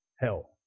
hell